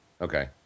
Okay